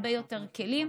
הרבה יותר כלים,